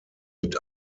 mit